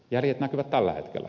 jäljet näkyvät tällä hetkellä